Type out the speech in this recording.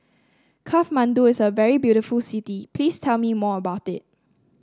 Kathmandu is a very beautiful city please tell me more about it